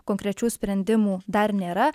konkrečių sprendimų dar nėra